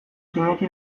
sinetsi